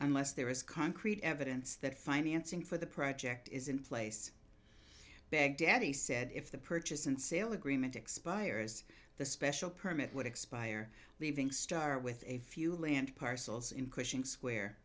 unless there is concrete evidence that financing for the project is in place baghdadi said if the purchase and sale agreement expires the special permit would expire leaving start with a few land parcels including square